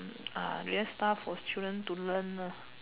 ah relax stuff for children to learn lah